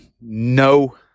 no